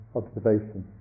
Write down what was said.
observation